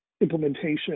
implementation